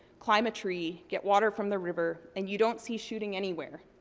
climb a tree, get water from the river, and you don't see shooting anywhere.